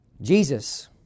Jesus